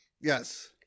yes